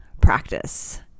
practice